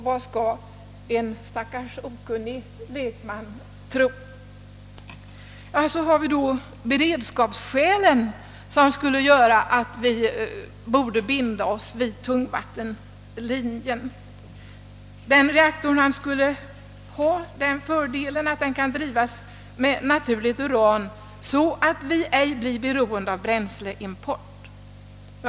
Vad skall en stackars okunnig lekman tro? Så har vi då beredskapsskälen som skulle göra att vi borde binda oss vid tungvattenlinjen. - Tungvattenreaktorn skulle ha den fördelen att den kan drivas med naturligt uran så att vi inte helt blir beroende av bränsleimport.